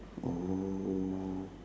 oh